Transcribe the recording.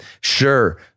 Sure